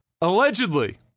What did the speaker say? Allegedly